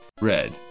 Red